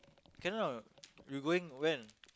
can ah you going when